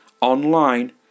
online